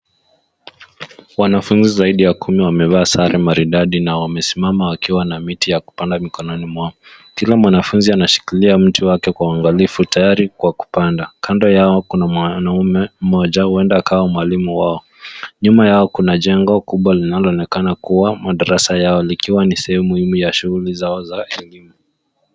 Wanafunzi zaida ya kumi wamevaa sare maridadi na wamesimama wakiwa na miti ya kupanda mikononi mwao. Kila mwanafunzi anashikilia mti wake kwa uangalifu tayari kwa kupanda. Kando yao mwanaume moja, huenda akawa mwalimu wao. Nyuma yao kuna jengo kubwa linaloonekana kuwa madarasa yao likiwa ni sehemu muhimu ya shuguli zao za elimu.